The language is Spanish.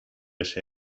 ese